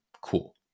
Cool